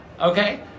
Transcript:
okay